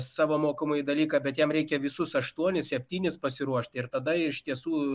savo mokomąjį dalyką bet jam reikia visus aštuonis septynis pasiruošti ir tada iš tiesų